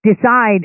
decide